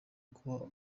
kuba